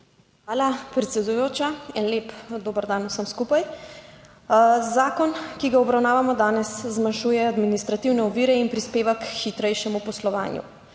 Hvala predsedujoča. En lep dober dan vsem skupaj! Zakon, ki ga obravnavamo danes, zmanjšuje administrativne ovire in prispeva k hitrejšemu poslovanju.